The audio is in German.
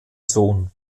sohn